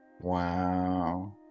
Wow